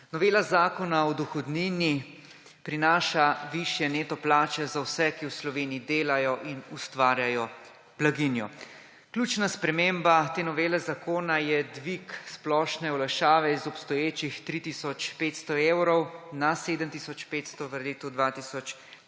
Novela Zakona o dohodnini prinaša višje neto plače za vse, ki v Sloveniji delajo in ustvarjajo blaginjo. Ključna sprememba te novele zakona je dvig splošne olajšave z obstoječih 3 tisoč 500 evrov na 7 tisoč 500 v letu 2025.